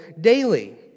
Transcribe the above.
daily